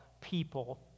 people